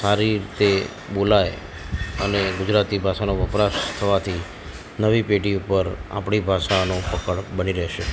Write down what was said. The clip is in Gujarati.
સારી રીતે બોલાય અને ગુજરાતી ભાષાનો વપરાશ થવાથી નવી પેઢી ઉપર આપણી ભાષાનું પકડ બની રહેશે